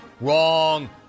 wrong